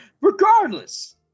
Regardless